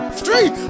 street